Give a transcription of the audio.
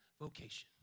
vocation